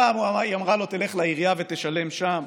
פעם היא אמרה לו: תלך לעירייה ותשלם שם,